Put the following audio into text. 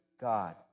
God